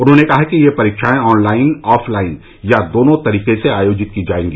उन्होंने कहा कि ये परीक्षाएं ऑनलाइन ऑफलाइन या दोनों तरीके से आयोजित की जाएगी